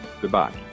Goodbye